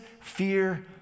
fear